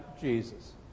Jesus